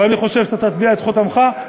ואני חושב שאתה תטביע את חותמך,